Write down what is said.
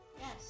Yes